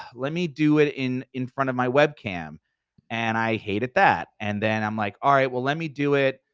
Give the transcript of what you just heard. let me do it in in front of my webcam and i hated that, and then i'm like, all right, well let me do it,